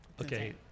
Okay